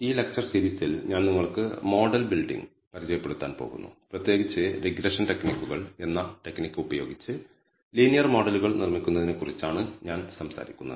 ഈ ലെക്ച്ചർ സീരീസിൽ ഞാൻ നിങ്ങൾക്ക് മോഡൽ ബ്യൂൽഡിങ് പരിചയപ്പെടുത്താൻ പോകുന്നു പ്രത്യേകിച്ച് റിഗ്രഷൻ ടെക്നിക്കുകൾ എന്ന ടെക്നിക്ക് ഉപയോഗിച്ച് ലീനിയർ മോഡലുകൾ നിർമ്മിക്കുന്നതിനെക്കുറിച്ചാണ് ഞാൻ സംസാരിക്കുന്നത്